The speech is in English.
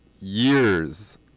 years